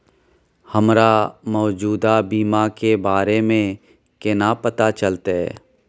हमरा मौजूदा बीमा के बारे में केना पता चलते?